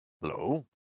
Hello